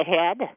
ahead